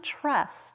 trust